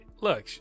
look